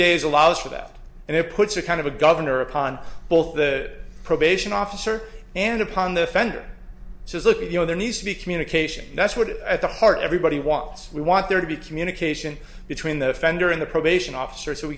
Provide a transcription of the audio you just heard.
days allows for that and it puts a kind of a governor upon both the probation officer and upon the fender says look you know there needs to be communication that's what at the heart everybody wants we want there to be communication between the offender in the probation officer so